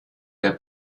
der